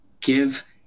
give